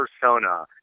persona